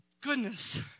Goodness